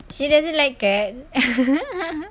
she doesn't like cat